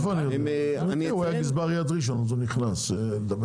מה אומרים חברי הכנסת?